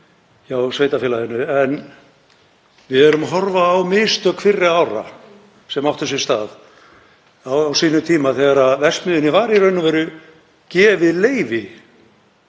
hjá sveitarfélaginu en við erum að horfa á mistök fyrri ára sem áttu sér stað á sínum tíma þegar verksmiðjunni var í raun og veru gefið leyfi,